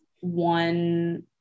one